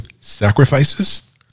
sacrifices